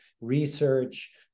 research